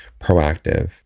proactive